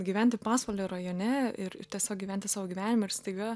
gyventi pasvalio rajone ir ir tiesiog gyventi savo gyvenimą ir staiga